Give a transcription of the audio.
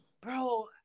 Bro